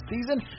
season